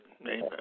Amen